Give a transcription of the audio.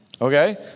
Okay